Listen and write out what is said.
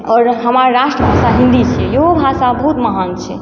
आओर हमर राष्ट्र भाषा हिंदी छै इहो भाषा बहुत महान छै